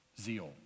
zeal